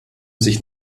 sich